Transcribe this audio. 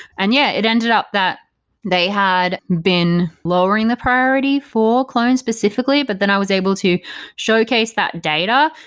and yeah, it ended up that they had been lowering the priority for clones specifically, but then i was able to showcase that data,